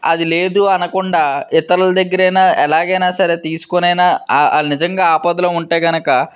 అది లేదు అనకుండా ఇతరుల దగ్గరైన ఎలాగైనా తీసుకోనైనా వాళ్ళు నిజంగా ఆపదలో ఉంటే కనుక